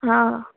हा